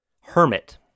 hermit